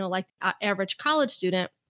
like a average college student.